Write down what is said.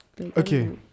Okay